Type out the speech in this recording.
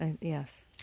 Yes